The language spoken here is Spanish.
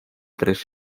tres